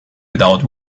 without